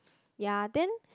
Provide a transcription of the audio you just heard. ya then